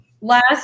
last